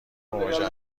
مواجه